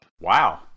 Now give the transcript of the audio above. Wow